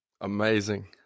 amazing